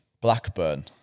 Blackburn